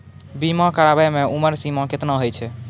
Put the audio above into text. बीमा कराबै के उमर सीमा केतना होय छै?